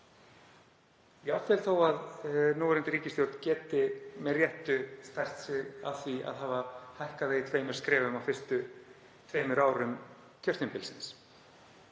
á, jafnvel þótt núverandi ríkisstjórn geti með réttu stært sig af því að hafa hækkað það í tveimur skrefum á fyrstu tveimur árum kjörtímabilsins.